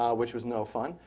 um which was no fun.